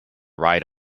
ride